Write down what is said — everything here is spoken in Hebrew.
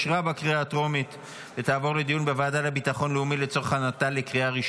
לדיון בוועדה לביטחון לאומי נתקבלה.